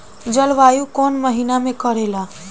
जलवायु कौन महीना में करेला?